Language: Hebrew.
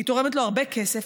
היא תורמת לו הרבה כסף.